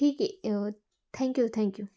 ठीक आहे thank you thank you